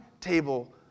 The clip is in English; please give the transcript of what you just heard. table